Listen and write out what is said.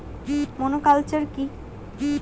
Monoculture কি?